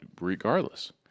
Regardless